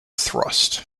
thrust